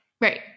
Right